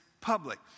public